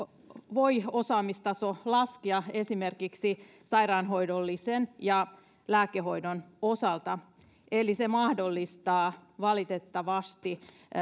voi osaamistaso laskea esimerkiksi sairaanhoidollisen ja lääkehoidon osalta eli se mahdollistaa valitettavasti